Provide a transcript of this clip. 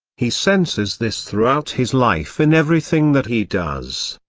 he senses this throughout his life in everything that he does.